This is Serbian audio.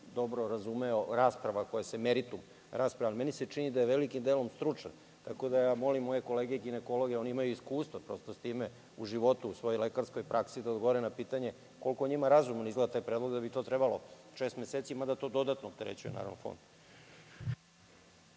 dobro razumeo rasprava koja se meritum. Meni se čini da je velikim delom stručna. Tako da molim moje kolege ginekologe, oni imaju iskustva sa time u životu, u svojoj lekarskoj praksi, da odgovore na pitanje koliko njima razumno izgleda taj predlog i da bi trebalo to šest meseci, mada to dodatno opterećuje fond.